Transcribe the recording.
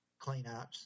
cleanups